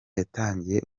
yatangiye